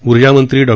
ऊर्जामंत्री डॉ